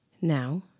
Now